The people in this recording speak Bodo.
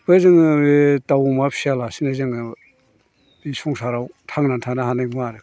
बे जोङो दाव अमा फिसियालासेनो जोङो बे संसाराव थांनानै थानो हानाय नङा आरो